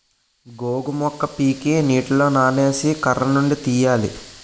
గోగు మొక్క పీకి నీటిలో నానేసి కర్రనుండి తీయాలి